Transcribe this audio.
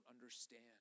understand